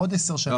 עוד 10 שנים,